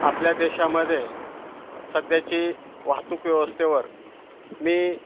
आपल्या देशामध्ये सध्याची वाहतूक व्यवस्थेवर मी